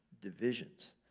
Divisions